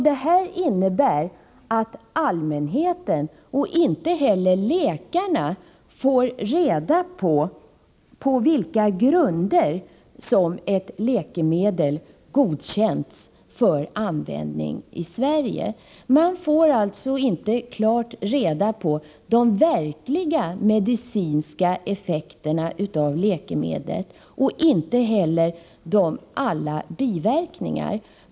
Det innebär att varken allmänheten eller läkarna får veta på vilka grunder ett läkemedel godkänts för användning i Sverige. Man får alltså inte klart reda på de verkliga medicinska effekterna av läkemedlet i fråga och inte heller alla biverkningar.